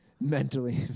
mentally